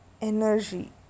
energy